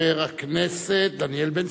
חבר הכנסת דניאל בן-סימון.